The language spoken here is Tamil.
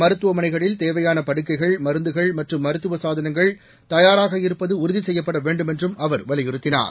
மருத்துவமனைகளில் தேவையான படுக்கைகள் மருந்துகள் மற்றும் மருத்துவ சாதனங்கள் தயாராக இருப்பது உறுதி செய்யப்பட வேண்டும் என்றும் அவர் வலியுறுத்தினார்